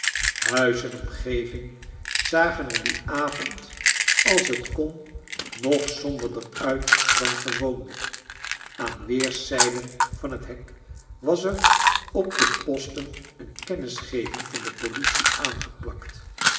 omgeving zagen er dien avond als t kon nog somberder uit dan gewoonlijk aan weerszijden van het hek was er op de posten een kennisgeving van de politie aangeplakt